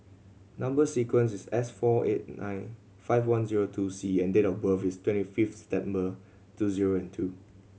number sequence is S four eight nine five one zero two C and date of birth is twenty fifth September two zero and two